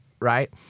Right